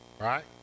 right